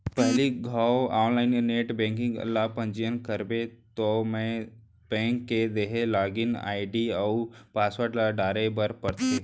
पहिली घौं online net banking ल पंजीयन करबे तौ बेंक के देहे लागिन आईडी अउ पासवर्ड ल डारे बर परथे